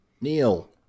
Neil